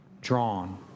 drawn